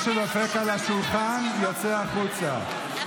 דפקת על השולחן, תצא החוצה.